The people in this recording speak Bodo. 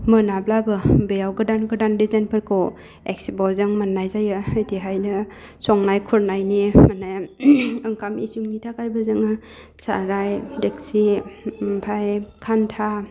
मोनाब्लाबो बेयाव गोदान गोदान डिजाइनफोरखौ इक्सप'वाव जों मोननाय जायो बिदिहायनो संनाय खुरनायनि माने ओंखाम इसिंनि थाखायबो जोङो साराइ डिकसि आमफ्राइ खान्था